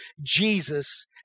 Jesus